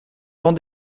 temps